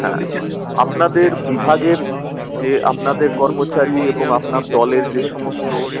হ্যাঁ আপনাদের বিভাগের যে আপনাদের কর্মচারী এবং আপনার দলের যে সমস্ত